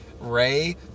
Ray